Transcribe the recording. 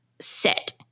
sit